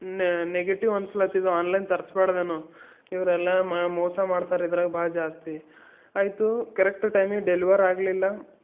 negative ಅನ್ಸ್ಲತ್ತಿದ್ದು online ತರ್ಸ್ಬಾರ್ದೆನೋ ಇವರೆಲ್ಲ ಮೋಸ ಮಾಡ್ತಾರೆ ಇದ್ರಾಗ ಭಾಳ ಜಾಸ್ತಿ ಆಯಿತು ಕರೆಕ್ಟ್ ಟೈಮಿಗೆ ಡೆಲ್ವರ್ ಆಗಲಿಲ್ಲ